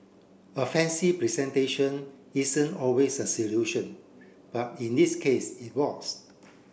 a fancy presentation isn't always a solution but in this case it was